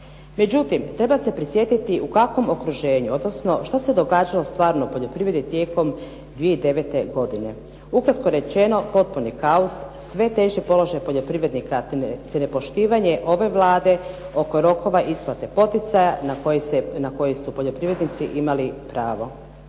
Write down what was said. Međutim, treba se prisjetiti u kakvom okruženju, odnosno što se događalo stvarno u poljoprivredi tijekom 2009. godine. Ukratko rečeno potpuni kaos, sve je teži položaj poljoprivrednika te nepoštivanje ove Vlade oko rokova isplate poticaja na koji su poljoprivrednici imali pravo.